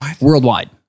worldwide